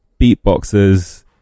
beatboxers